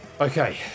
Okay